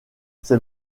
ses